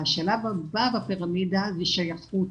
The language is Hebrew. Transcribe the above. השלב הבא בפירמידה זה שייכות.